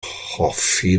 hoffi